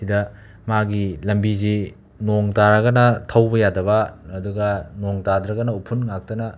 ꯁꯤꯗ ꯃꯥꯒꯤ ꯂꯝꯕꯤꯁꯤ ꯅꯣꯡ ꯇꯥꯔꯒꯅ ꯊꯧꯕ ꯌꯥꯗꯕ ꯑꯗꯨꯒ ꯅꯣꯡ ꯇꯥꯗ꯭ꯔꯒꯅ ꯎꯐꯨꯜ ꯉꯥꯛꯇꯅ